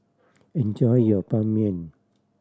enjoy your Ban Mian